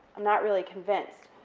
not really convinced.